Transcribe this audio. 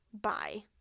Bye